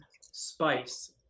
spice